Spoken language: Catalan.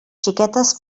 xiquetes